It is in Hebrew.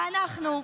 ואנחנו,